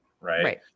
Right